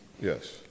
Yes